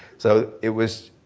so it was,